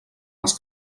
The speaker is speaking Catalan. els